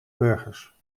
burgers